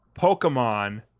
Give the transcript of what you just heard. Pokemon